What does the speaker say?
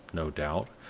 no doubt,